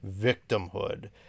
victimhood